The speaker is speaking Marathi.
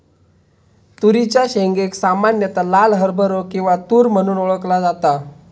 तुरीच्या शेंगेक सामान्यता लाल हरभरो किंवा तुर म्हणून ओळखला जाता